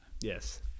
yes